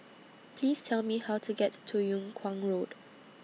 Please Tell Me How to get to Yung Kuang Road